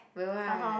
will right